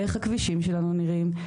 איך הכבישים שלנו נראים,